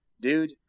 dude